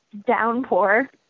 downpour